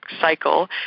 cycle